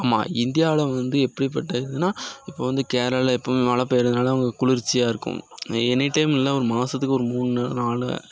ஆமாம் இந்தியாவில் வந்து எப்படிப்பட்டதுனா இப்போ வந்து கேரளாவில் எப்பவும் மழை பெய்கிறதுனால அங்கே குளிர்ச்சியாக இருக்கும் எனி டைமில்ல ஒரு மாசத்துக்கு ஒரு மூணு நாள் நாலு